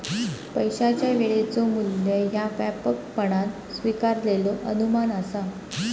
पैशाचा वेळेचो मू्ल्य ह्या व्यापकपणान स्वीकारलेलो अनुमान असा